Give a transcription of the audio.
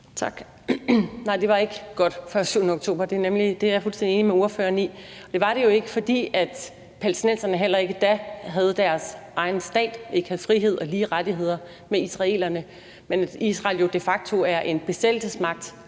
Tak. Nej, det var ikke godt før den 7. oktober, det er jeg fuldstændig enig med ordføreren i. Og det var det jo ikke, fordi palæstinenserne heller ikke da havde deres egen stat, ikke havde frihed eller de samme rettigheder som israelerne, og fordi Israel jo de facto er besættelsesmagt